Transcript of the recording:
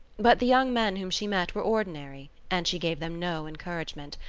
but the young men whom she met were ordinary and she gave them no encouragement,